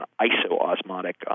iso-osmotic